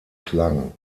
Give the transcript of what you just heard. klang